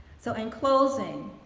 so in closing,